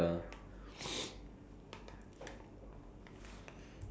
cause like like those those if you become invisible is like